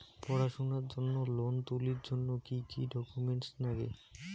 পড়াশুনার জন্যে লোন তুলির জন্যে কি কি ডকুমেন্টস নাগে?